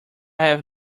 have